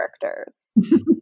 characters